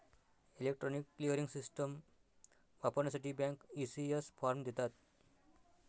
electronic clearing system वापरण्यासाठी bank, ECS form देतात